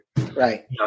Right